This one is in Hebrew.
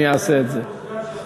אני אעשה את זה.